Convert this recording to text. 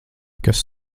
kas